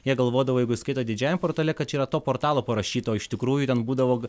jie galvodavo jeigu jiecdidžiajam portale kad čia yra to portalo parašyta o iš tikrųjų ten būdavo